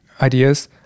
ideas